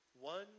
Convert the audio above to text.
One